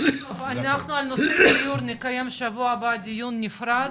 אבל אנחנו על נושא גיור נקיים שבוע הבא דיון נפרד.